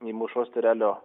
į mūšos tyrelio